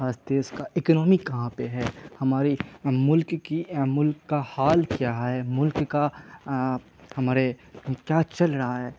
آج دیش کا اکنومی کہاں پہ ہے ہماری ملک کی ملک کا حال کیا ہے ملک کا ہمارے کیا چل رہا ہے